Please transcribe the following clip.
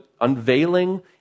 unveiling